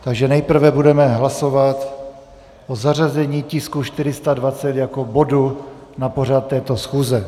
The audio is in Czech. Takže nejprve budeme hlasovat o zařazení tisku 420 jako bodu na pořad této schůze.